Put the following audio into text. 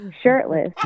shirtless